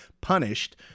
punished